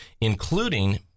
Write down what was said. including